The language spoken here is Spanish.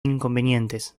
inconvenientes